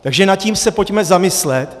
Takže nad tím se pojďme zamyslet.